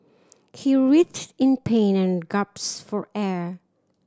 he writhed in pain and gasped for air